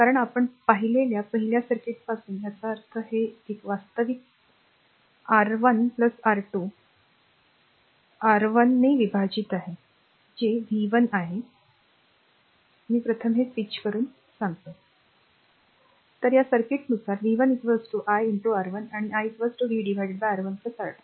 कारण आपण पाहिलेल्या पहिल्या सर्किटपासून याचा अर्थ r हे एक वास्तविक v R1 R2 r R1 ने विभाजित आहे जे r v 1 आहे मी प्रथम हे स्वच करून जाईल तर या सर्किट नुसार v 1 i R1 आणि i v R1 R2